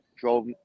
drove